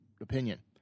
opinion